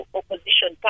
opposition